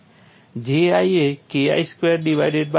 G એ K I square divided by E છે